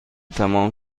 تمام